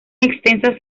extensas